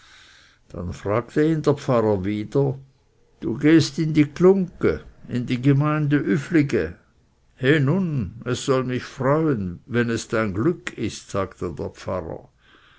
dann fragte ihn der pfarrer wieder du gehst in die glungge in die gemeinde üflige he nun es soll mich freuen wenn es dein glück ist sagte der pfarrer